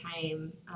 time